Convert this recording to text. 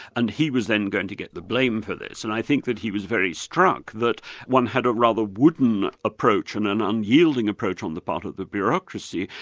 and he was then going to get the blame for this, and i think that he was very struck that one had a rather wooden approach and an unyielding approach on the part of the bureaucracy,